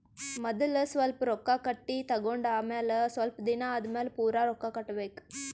ಮದಲ್ ಸ್ವಲ್ಪ್ ರೊಕ್ಕಾ ಕಟ್ಟಿ ತಗೊಂಡ್ ಆಮ್ಯಾಲ ಸ್ವಲ್ಪ್ ದಿನಾ ಆದಮ್ಯಾಲ್ ಪೂರಾ ರೊಕ್ಕಾ ಕಟ್ಟಬೇಕ್